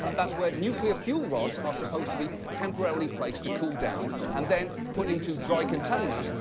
that's where nuclear fuel rods are supposed to be temporarily placed to cool down, and then put into dry containers,